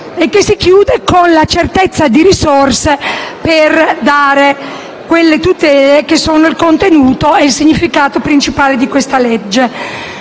che si chiude con la certezza di recuperare risorse per dare quelle tutele che sono il contenuto e il significato principale di questa legge.